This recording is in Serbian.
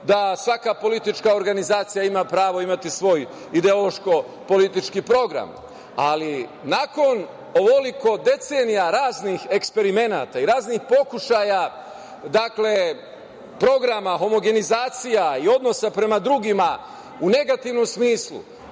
da svaka politička organizacija ima pravo imati svoj ideološko politički program, ali nakon ovoliko decenija raznih eksperimenata i raznih pokušaja, programa, homogenizacija i odnosa prema drugima u negativnom smislu